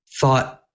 thought